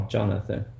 Jonathan